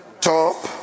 top